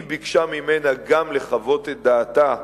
היא ביקשה ממנה גם לחוות את דעתה